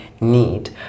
need